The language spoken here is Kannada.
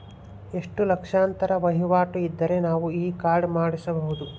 ಎಷ್ಟು ಲಕ್ಷಾಂತರ ವಹಿವಾಟು ಇದ್ದರೆ ನಾವು ಈ ಕಾರ್ಡ್ ಮಾಡಿಸಬಹುದು?